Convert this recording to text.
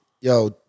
Yo